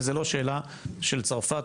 וזו לא שאלה של צרפת,